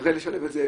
נשלב את זה,